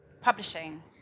publishing